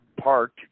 park